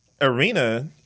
arena